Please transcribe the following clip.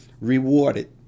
rewarded